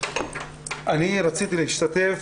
אני רציתי להשתתף